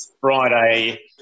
Friday